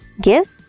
Give